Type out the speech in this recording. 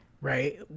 right